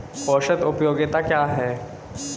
औसत उपयोगिता क्या है?